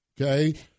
Okay